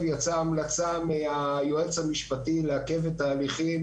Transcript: יצאה המלצה מהיועץ המשפטי לעכב את ההליכים